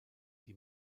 die